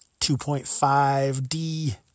2.5D